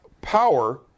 power